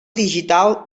digital